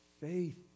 Faith